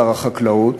שר החקלאות.